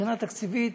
מבחינה תקציבית